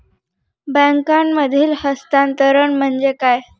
बँकांमधील हस्तांतरण म्हणजे काय?